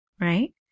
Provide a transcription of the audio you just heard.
right